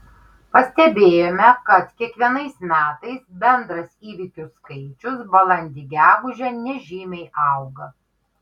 pastebėjome kad kiekvienais metais bendras įvykių skaičius balandį gegužę nežymiai auga